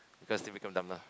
because they become dumb lah